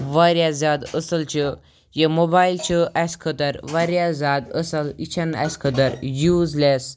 واریاہ زیادٕ أصٕل چھِ یہِ موبایل چھِ اَسہِ خٲطر واریاہ زیادٕ أصٕل یہِ چھِنہٕ اَسہِ خٲطرٕ یوٗزلٮ۪س